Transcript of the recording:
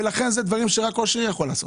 ואלה דברים שרק ראש עיר יכול לעשות.